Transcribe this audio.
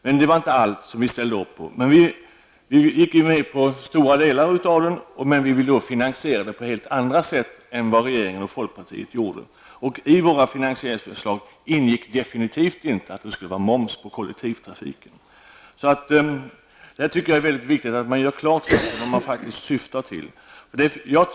Men vi ställde inte upp på allt. Stora delar gick vi med på, men vi ville finansiera dem på helt andra sätt än regeringen och folkpartiet gjorde. I våra finansieringsförslag ingick definitivt inte att det skulle vara moms på kollektivtrafiken. Jag tycker att det är mycket viktigt att man gör klart vad man syftar till.